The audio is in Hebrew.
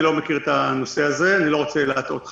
אני לא מכיר את הנושא הזה ואני לא רוצה להטעות חלילה.